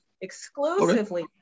exclusively